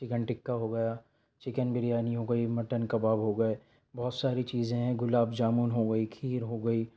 chicken tikka ہو گیا chicken biryani ہوگئی مٹن کباب ہو گئے بہت ساری چیزیں ہیں گلاب جامن ہو گئی کھیر ہو گئی